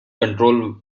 control